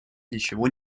ничего